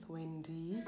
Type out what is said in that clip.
Wendy